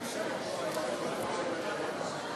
רבותי, נא